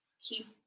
keep